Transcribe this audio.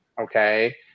Okay